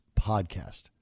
podcast